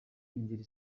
ingeri